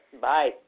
Bye